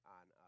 on